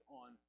on